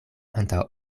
antaŭ